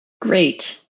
Great